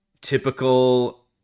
typical